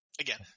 again